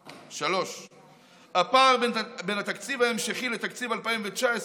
3. הפער בין התקציב ההמשכי לתקציב 2019,